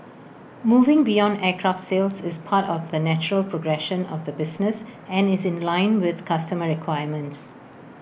moving beyond aircraft sales is part of the natural progression of the business and is in line with customer requirements